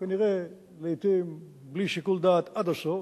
כנראה, לעתים, בלי שיקול דעת עד הסוף.